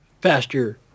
faster